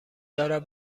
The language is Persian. دارد